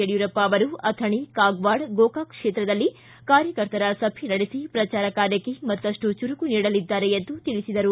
ಯಡಿಯೂರಪ್ಪ ಅವರು ಅಥಣಿ ಕಾಗವಾಡ ಗೋಕಾಕ ಕ್ಷೇತ್ರದಲ್ಲಿ ಕಾರ್ಯಕರ್ತರ ಸಭೆ ನಡೆಸಿ ಪ್ರಚಾರ ಕಾರ್ಯಕ್ಕೆ ಮತ್ತಷ್ಟು ಚುರುಕು ನೀಡಲಿದ್ದಾರೆ ಎಂದು ತಿಳಿಸಿದರು